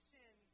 sin